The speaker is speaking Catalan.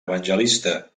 evangelista